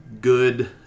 good